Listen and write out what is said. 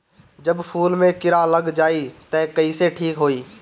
जब फूल मे किरा लग जाई त कइसे ठिक होई?